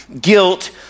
guilt